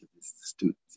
students